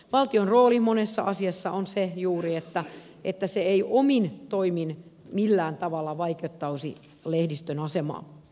valtion rooli monessa asiassa on juuri se että se ei omin toimin millään tavalla vaikeuttaisi lehdistön asemaa